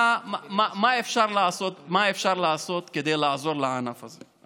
מה אפשר לעשות כדי לעזור לענף הזה?